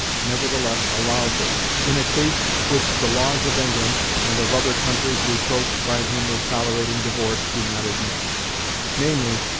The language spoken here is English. nevertheless allows it, in a case which the laws of england, and of other countries reproached by him with tolerating divorce, do not admit namely,